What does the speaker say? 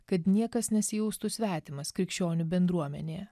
kad niekas nesijaustų svetimas krikščionių bendruomenėje